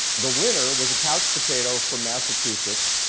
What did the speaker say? the winner was a couch potato from massachusetts,